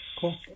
cool